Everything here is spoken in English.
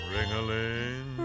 Ring-a-ling